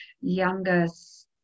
youngest